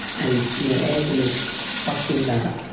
and you know edwyn is bucking that